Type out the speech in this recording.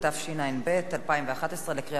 התשע"ב 2011, בקריאה ראשונה.